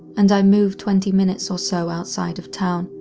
and i moved twenty minutes or so outside of town,